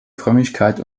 frömmigkeit